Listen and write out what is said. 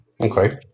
Okay